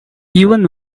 even